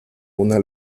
una